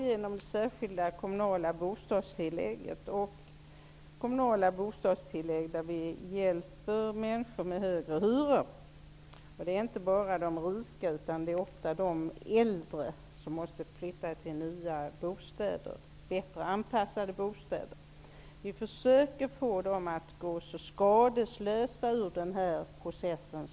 Genom det särskilda kommunala bostadstillägget och kommunala bostadstillägg när det gäller att hjälpa människor som har högre hyror -- det gäller inte bara rika, utan ofta handlar det också om äldre som måste flytta till nya, bättre anpassade, bostäder -- försöker vi att få människorna att gå så skadeslösa som möjligt ur den här processen.